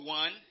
one